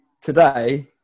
today